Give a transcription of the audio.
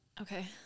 Okay